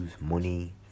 money